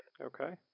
Okay